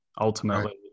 ultimately